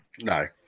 No